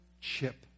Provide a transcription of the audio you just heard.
chip